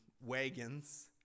wagons